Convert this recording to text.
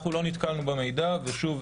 אנחנו לא נתקלנו במידע ושוב,